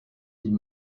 die